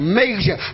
major